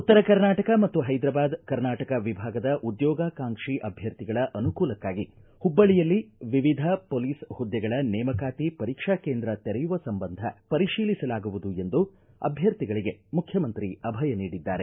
ಉತ್ತರ ಕರ್ನಾಟಕ ಮತ್ತು ಹೈದ್ರಾಬಾದ್ ಕರ್ನಾಟಕ ವಿಭಾಗದ ಉದ್ಯೋಗಾಕಾಂಕ್ಷಿ ಅಭ್ಯರ್ಥಿಗಳ ಅನುಕೂಲಕ್ಕಾಗಿ ಮಬ್ಬಳ್ಳಿಯಲ್ಲಿ ವಿವಿಧ ಪೊಲೀಸ್ ಹುದ್ದೆಗಳ ನೇಮಕಾತಿ ಪರೀಕ್ಷಾ ಕೇಂದ್ರ ತೆರೆಯುವ ಸಂಬಂಧ ಪರಿಶೀಲಿಸಲಾಗುವುದು ಎಂದು ಅಭ್ಯರ್ಥಿಗಳಿಗೆ ಮುಖ್ಯಮಂತ್ರಿ ಅಭಯ ನೀಡಿದ್ದಾರೆ